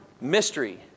Mystery